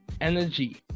energy